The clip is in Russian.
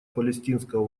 палестинского